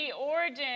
origin